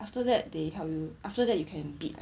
after that they help you after that you can bid